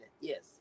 Yes